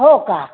हो का